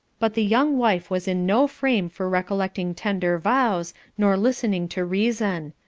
but the young wife was in no frame for recollecting tender vows, nor listening to reason.